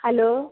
hello